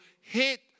hit